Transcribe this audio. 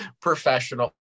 professional